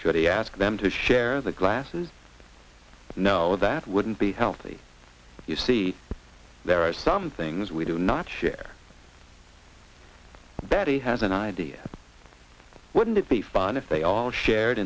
should he ask them to share the glasses no that wouldn't be healthy you see there are some things we do not share that he has an idea wouldn't it be fun if they all shared